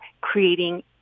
creating